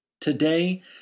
Today